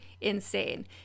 insane